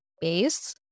base